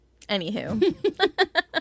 anywho